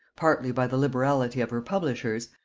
partly by the liberality of her publishers,